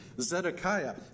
Zedekiah